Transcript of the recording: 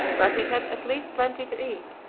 where he had at least plenty to eat,